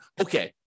okay